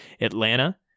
atlanta